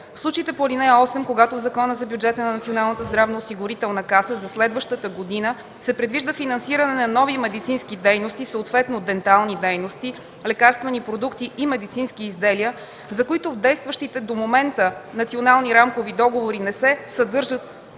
В случаите по ал. 8, когато в Закона за бюджета на НЗОК за следващата година се предвижда финансиране на нови медицински дейности, съответно дентални дейности, лекарствени продукти и медицински изделия, за които в действащите до момента национални рамкови договори не се съдържат